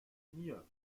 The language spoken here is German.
mir